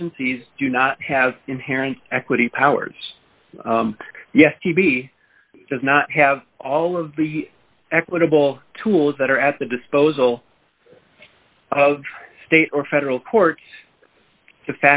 agencies do not have inherent equity powers yes he does not have all of the equitable tools that are at the disposal of state or federal court t